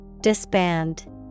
Disband